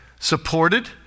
supported